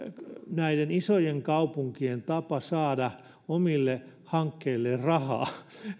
näiden isojen kaupunkien tapa saada omille hankkeilleen rahaa